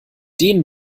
den